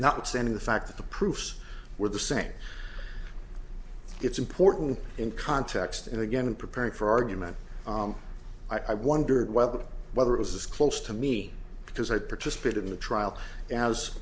not sending the fact that the proofs were the same it's important in context and again in preparing for argument i wondered whether whether it was close to me because i participated in the trial as